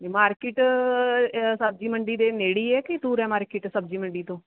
market ਸਬਜ਼ੀ ਮੰਡੀ ਦੇ ਨੇੜੇ ਹੀ ਹੈ ਕਿ ਦੂਰ ਆ ਮਾਰਕਿਟ ਸਬਜ਼ੀ ਮੰਡੀ ਤੋਂ